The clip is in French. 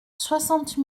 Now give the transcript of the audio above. soixante